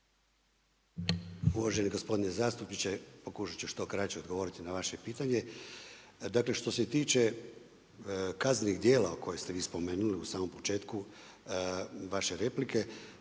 Uvaženi gospodine zastupniče, pokušati ću što kraće odgovoriti na vaše pitanje. Dakle, što se tiče kaznenih dijela koje ste vi spomenuli u samom početku vaše replike,